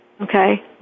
Okay